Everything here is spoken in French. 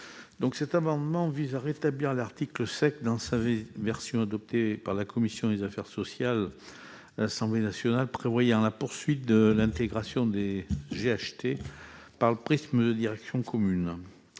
Cet amendement vise à rétablir l'article 7 dans la rédaction adoptée par la commission des affaires sociales de l'Assemblée nationale, prévoyant la poursuite de l'intégration des GHT par le prisme des directions communes.